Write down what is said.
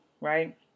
right